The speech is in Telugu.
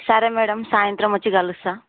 సరే మేడం సాయంత్రం వచ్చి కలుస్తాను